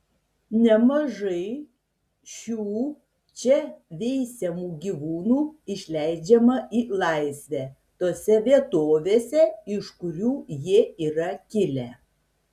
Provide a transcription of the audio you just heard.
nemažai šių čia veisiamų gyvūnų išleidžiama į laisvę tose vietovėse iš kurių jie yra kilę